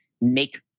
make